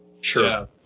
Sure